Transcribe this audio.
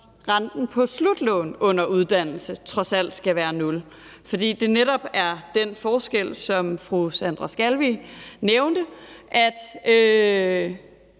renten på slutlån under uddannelse trods alt skal være 0 pct. Fordet er netop den forskel, som fru Sandra Elisabeth